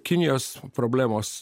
kinijos problemos